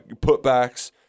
putbacks